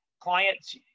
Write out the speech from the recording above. clients